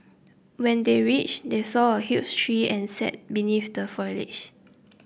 when they reached they saw a huge tree and sat beneath the foliage